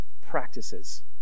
practices